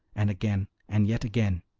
and again, and yet again,